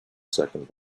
second